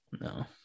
no